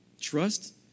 Trust